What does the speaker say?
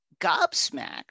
gobsmacked